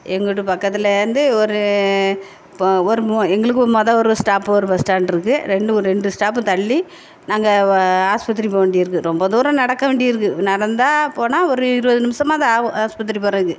எங்கூட்டு பக்கத்திலேருந்து ஒரு ஒரு மொ எங்களுக்கு மொதல் ஒரு ஸ்டாப்பு ஒரு பஸ்டாண்ட் இருக்குது ரெண்டு ரெண்டு ஸ்டாப்பு தள்ளி நாங்கள் ஹாஸ்பத்திரி போக வேண்டியிருக்குது ரொம்ப தூரம் நடக்க வேண்டியிருக்குது நடந்தால் போனால் ஒரு இருபது நிமிசமாவது ஆகும் ஹாஸ்பத்திரி போகிறதுக்கு